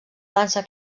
dansa